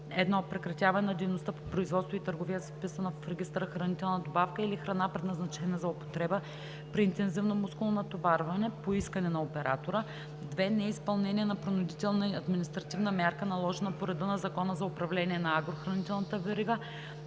1. прекратяване на дейността по производство и търговия с вписана в регистъра хранителна добавка или храна, предназначена за употреба при интензивно мускулно натоварване - по искане на оператора; 2. неизпълнение на принудителна административна мярка, наложена по реда на Закона за управление на агрохранителната верига;